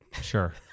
sure